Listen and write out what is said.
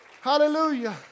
Hallelujah